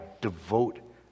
devote